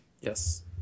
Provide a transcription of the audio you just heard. Yes